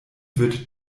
wird